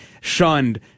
shunned